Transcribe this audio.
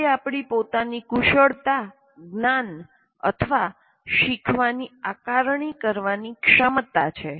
તે આપણી પોતાની કુશળતા જ્ઞાન અથવા શીખવાની આકારણી કરવાની ક્ષમતા છે